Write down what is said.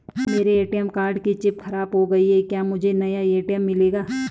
मेरे ATM card की chip खराब हो गयी है क्या मुझे नया ए.टी.एम मिलेगा?